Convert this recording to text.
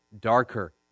darker